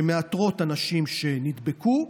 שמאתרות אנשים שנדבקו,